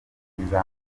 kizza